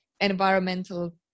environmental